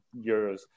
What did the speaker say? euros